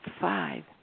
five